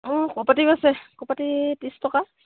অঁ কৌপাটি আছে কৌপাটি ত্ৰিছ টকা